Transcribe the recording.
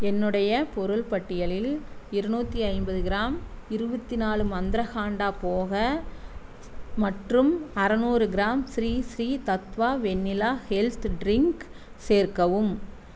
என்னுடைய பொருள் பட்டியலில் இருநூத்தி ஐம்பது கிராம் இருபத்தி நாலு மந்த்ர ஹாண்டா போக மற்றும் அறுநூறு gram Sri Sri Tattva vanilla health drink சேர்க்கவும்